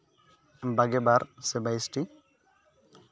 ᱵᱟᱜᱮ ᱵᱟᱨ ᱥᱮ ᱵᱟᱭᱤᱥᱴᱤ